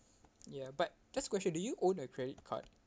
ya but just question do you own a credit card